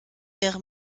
wäre